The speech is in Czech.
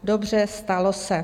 Dobře, stalo se.